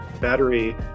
battery